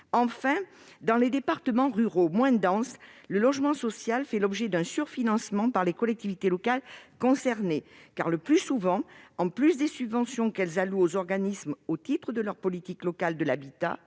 Enfin, dans les départements ruraux, moins denses, le logement social fait l'objet d'un surfinancement par les collectivités locales, car le plus souvent, en plus des subventions qu'elles allouent aux organismes au titre de leur politique locale de l'habitat,